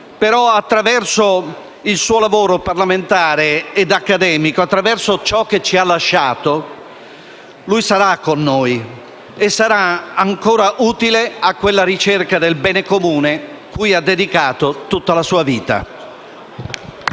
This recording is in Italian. però, il suo lavoro parlamentare e accademico e attraverso ciò che ci ha lasciato, lui sarà con noi e sarà ancora utile a quella ricerca del bene comune cui ha dedicato tutta la sua vita.